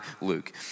Luke